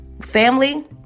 family